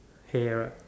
hair right